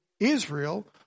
Israel